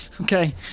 okay